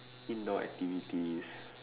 indoor activities